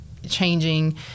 changing